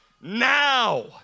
now